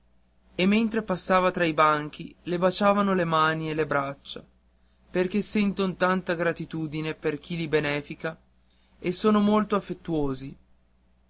e mentre passava tra i banchi le baciavano le mani e le braccia perché senton tanta gratitudine per chi li benefica e sono molto affettuosi